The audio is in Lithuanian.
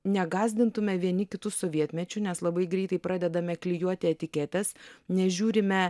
negąsdintume vieni kitų sovietmečiu nes labai greitai pradedame klijuoti etiketes nežiūrime